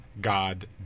God